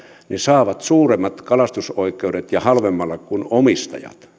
saavat suuremmat kalastusoikeudet ja halvemmalla kuin omistajat